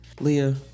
Leah